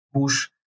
push